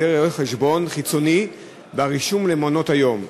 רואה-חשבון חיצוני ברישום למעונות-היום.